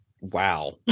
wow